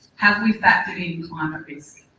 have we factored in climate risk?